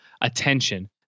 attention